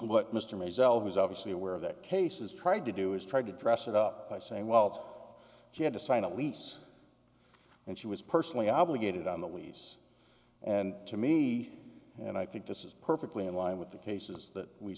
what mr mays el who's obviously aware of that case is tried to do is tried to dress it up by saying well off she had to sign a lease and she was personally obligated on the lease and to me and i think this is perfectly in line with the cases that we